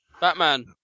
Batman